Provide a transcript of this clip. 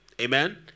amen